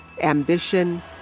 ambition